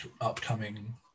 upcoming